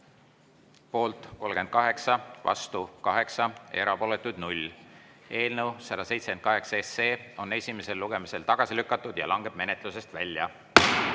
Poolt 38, vastu 8, erapooletuid 0. Eelnõu 178 on esimesel lugemisel tagasi lükatud ja langeb menetlusest välja.